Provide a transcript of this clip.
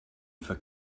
for